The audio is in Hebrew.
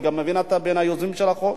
אני בין היוזמים של החוק,